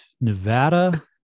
Nevada